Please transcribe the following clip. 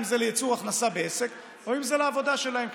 אם זה לייצור הכנסה בעסק או אם זה לעבודה שלהם,